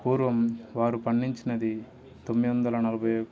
పూర్వం వారు పండించినది తొమ్మిది వందల నలభై